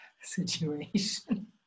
situation